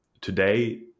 today